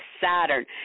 Saturn